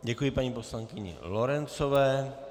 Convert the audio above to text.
Děkuji paní poslankyni Lorencové.